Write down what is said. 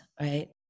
right